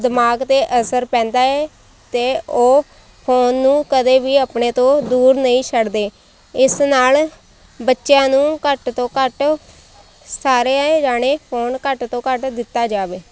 ਦਿਮਾਗ 'ਤੇ ਅਸਰ ਪੈਂਦਾ ਏ ਅਤੇ ਉਹ ਫੋਨ ਨੂੰ ਕਦੇ ਵੀ ਆਪਣੇ ਤੋਂ ਦੂਰ ਨਹੀਂ ਛੱਡਦੇ ਇਸ ਨਾਲ ਬੱਚਿਆਂ ਨੂੰ ਘੱਟ ਤੋਂ ਘੱਟ ਸਾਰੇ ਏ ਜਾਣੇ ਫੋਨ ਘੱਟ ਤੋਂ ਘੱਟ ਦਿੱਤਾ ਜਾਵੇ